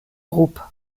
groupe